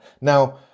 Now